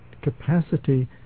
capacity